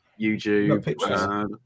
YouTube